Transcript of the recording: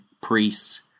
priests